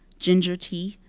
ginger tea,